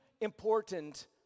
important